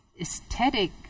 aesthetic